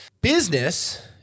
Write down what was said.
Business